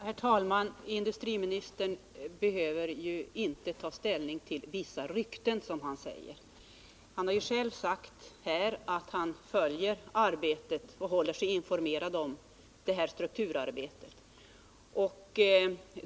Herr talman! Industriministern behöver ju inte ta hänsyn till ”vissa rykten” som han säger. Han har ju själv sagt här att han följer och håller sig informerad om detta strukturarbete.